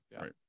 right